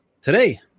Today